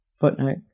Footnote